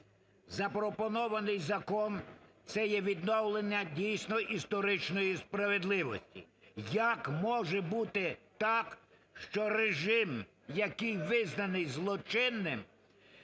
Запропонований закон, це є відновлення дійсно історичної справедливості. Як може бути так, що режим, який визнаний злочинним,